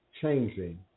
changing